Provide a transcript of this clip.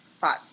five